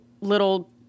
little